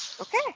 Okay